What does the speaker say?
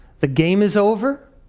the game is over,